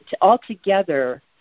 Altogether